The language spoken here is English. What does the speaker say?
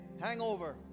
hangover